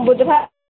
ବୁଧବାର